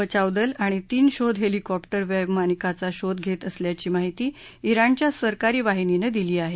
बचाव दल आणि तीन शोध हेलिकॉप्टर वैमानिकाचा शोध घेत असल्याची माहिती ज्ञिणच्या सरकारी वहिनीनं दिली आहे